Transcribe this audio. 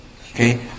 Okay